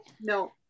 No